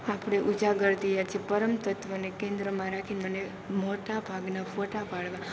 આપણે ઉજાગર થયા છીએ પરમતત્વને કેન્દ્રમાં રાખીને મને મોટા ભાગના ફોટા પાડવા